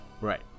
Right